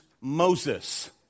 Moses